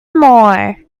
more